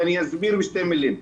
ואני אסביר בשתי מילים,